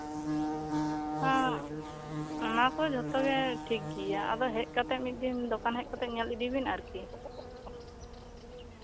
ᱦᱮᱸ ᱚᱱᱟ ᱠᱚ ᱡᱚᱛᱚᱜᱮ ᱴᱷᱤᱠ ᱜᱮᱭᱟ ᱟᱫᱚ ᱦᱮᱡ ᱠᱟᱛᱮᱫ ᱟᱨᱠᱤ ᱫᱚᱠᱟᱱ ᱦᱮᱡ ᱠᱟᱛᱮᱫ ᱧᱮᱞ ᱤᱫᱤ ᱵᱮᱱ ᱟᱨᱠᱤ